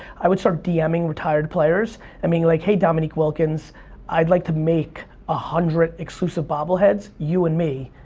i would start dm'ing retired players and being like, hey, dominique wilkins i'd like to make one ah hundred exclusive bobble heads, you and me,